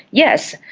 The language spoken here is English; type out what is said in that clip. yes,